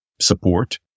support